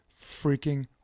freaking